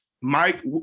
Mike